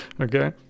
Okay